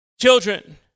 children